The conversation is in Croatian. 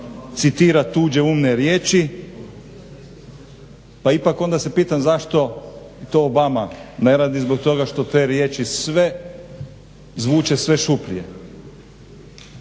citira tuđe umne riječi, pa ipak onda se pitam zašto to i Obama ne radi, zbog toga što te riječi sve zvuče šuplje.